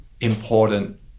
important